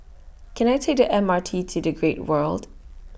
Can I Take The M R T to The Great World